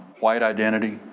white identity.